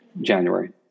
January